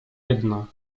jedna